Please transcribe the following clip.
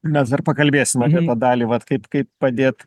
mes dar pakalbėsim apie tą dalį vat kaip kaip padėt